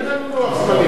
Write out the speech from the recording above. תן לנו לוח זמנים,